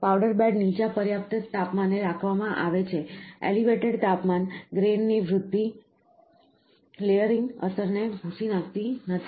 powder bed નીચા પર્યાપ્ત તાપમાને રાખવામાં આવે છે એલિવેટેડ તાપમાન ગ્રેઈન ની વૃદ્ધિ લેયરિંગ અસરને ભૂંસી નાખતી નથી